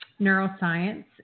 neuroscience